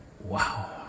Wow